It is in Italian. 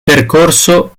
percorso